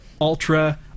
ultra-